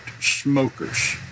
smokers